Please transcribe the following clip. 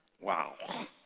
Wow